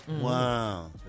Wow